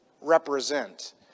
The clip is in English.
represent